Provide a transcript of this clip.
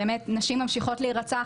נשים ממשיכות להירצח,